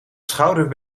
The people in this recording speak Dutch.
schouder